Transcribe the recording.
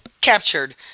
captured